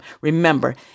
Remember